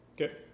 okay